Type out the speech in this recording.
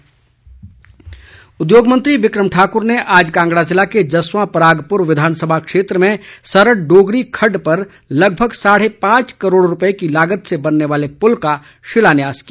बिक्रम ठाक्र उद्योग मंत्री बिक्रम ठाकुर ने आज कांगड़ा जिले के जस्वां परागपुर विधानसभा क्षेत्र में सरड डोगरी खड्ड पर लगभग साढ़े पांच करोड़ रूपए की लागत से बनने वाले पुल का शिलान्यास किया